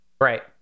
Right